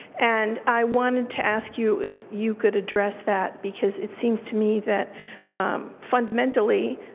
and i wanted to ask you if you could address that, because it seems to me that fundamentally,